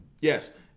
Yes